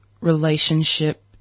relationship